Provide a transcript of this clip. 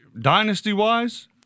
Dynasty-wise